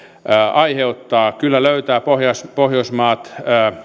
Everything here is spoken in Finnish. aiheuttaa kyllä löytää pohjoismaat